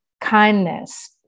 kindness